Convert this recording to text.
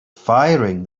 firing